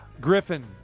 Griffin